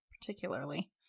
particularly